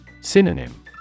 Synonym